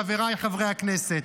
חבריי חברי הכנסת,